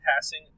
passing